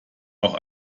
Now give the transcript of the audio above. auch